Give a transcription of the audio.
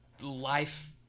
life